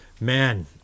Man